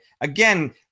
Again